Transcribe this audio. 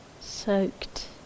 soaked